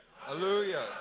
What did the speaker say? Hallelujah